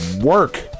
work